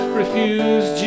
refuse